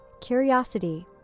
CURIOSITY